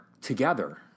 together